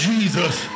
Jesus